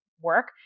work